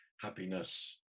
happiness